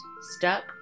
stuck